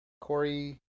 Corey